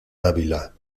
dávila